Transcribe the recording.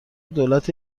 دولت